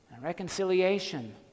reconciliation